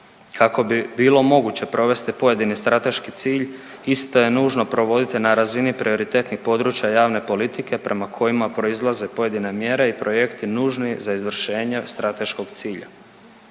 kako bi bilo moguće provesti pojedini strateški cilj isto je nužno provoditi na razini prioritetnih područja javne politike prema kojima proizlaze pojedine mjere i projekti nužni za izvršenje strateškog cilja.